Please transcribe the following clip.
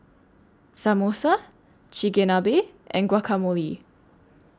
Samosa Chigenabe and Guacamole